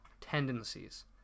tendencies